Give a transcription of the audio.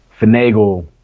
finagle